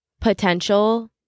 potential